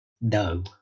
No